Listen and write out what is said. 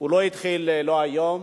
לא התחיל היום,